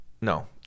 no